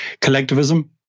Collectivism